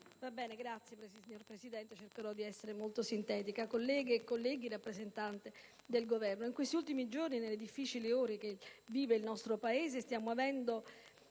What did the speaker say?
*(PD)*. Signor Presidente, cercherò di essere molto sintetica. Colleghe e colleghi, rappresentante del Governo, in questi ultimi giorni e nelle difficili ore che vive l'Italia, stiamo avendo,